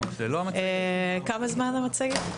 כמה זמן המצגת?